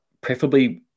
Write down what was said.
preferably